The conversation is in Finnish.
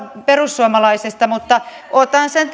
perussuomalaisista mutta otan sen